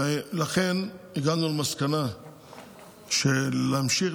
לכן הגענו למסקנה שאם נמשיך